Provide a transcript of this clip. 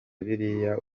biriya